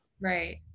Right